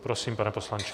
Prosím, pane poslanče.